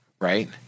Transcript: right